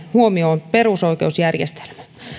huomioon perusoikeusjärjestelmä